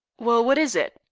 well, what is it?